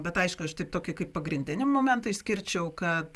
bet aišku aš taip tokį kaip pagrindinį momentą išskirčiau kad